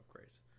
upgrades